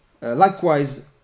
likewise